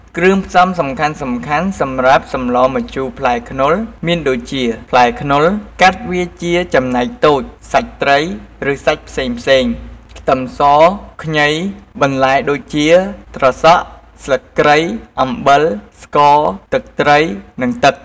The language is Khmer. គ្រឿងផ្សំសំខាន់ៗសម្រាប់សម្លរម្ជូរផ្លែខ្នុរមានដូចជា ផ្លែខ្នុរ កាត់វាជាចំណែកតូច សាច់ត្រី ឬសាច់ផ្សេងៗ ខ្ទឹមស ខ្ញី បន្លែដូចជា ត្រសក់ ស្លឹកគ្រៃ អំបិល ស្ករ ទឹកត្រី និង ទឹក។